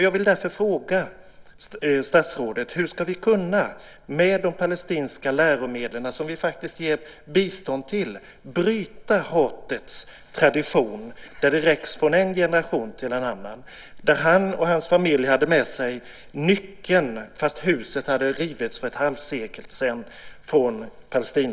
Jag vill därför fråga statsrådet hur vi ska kunna bryta hatets tradition, som räcks från en generation till en annan, med de palestinska läromedel som vi faktiskt ger bistånd till. Han och hans familj hade med sig nyckeln till huset i Palestina som hade rivits för ett halvsekel sedan.